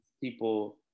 people